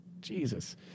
Jesus